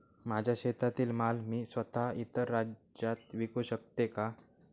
माझ्या शेतातील माल मी स्वत: इतर राज्यात विकू शकते का?